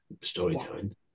storytelling